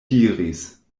diris